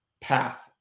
path